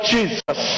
Jesus